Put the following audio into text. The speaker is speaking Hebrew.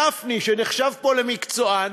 גפני, שנחשב פה למקצוען,